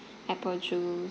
apple juice